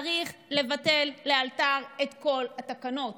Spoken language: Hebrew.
צריך לבטל לאלתר את כל התקנות,